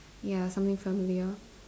ya something familiar